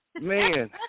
Man